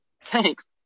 Thanks